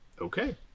Okay